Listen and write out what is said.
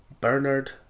Bernard